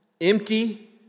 empty